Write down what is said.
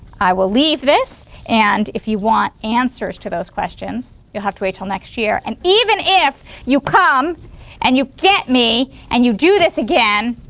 i will leave this and if you want answers to those questions you'll have to wait until next year and even if you come and you get me and you do this again,